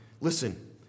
Listen